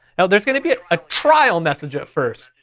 now there's gonna be a trial message at first.